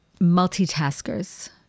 multitaskers